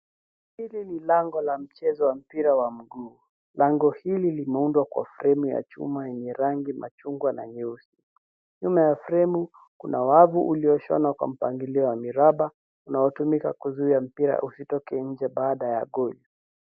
Hili ni lango la mchezo wa mpira wa mguu. Lango hili limeundwa kwa fremu ya chuma yenye rangi machungwa na nyeusi. Nyuma ya fremu kuna wavu ulioshonwa kwa mpangilio wa miraba unaotumika kuzuia mpira usitoke nje baada ya goli.